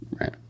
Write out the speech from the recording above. Right